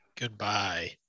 Goodbye